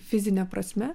fizine prasme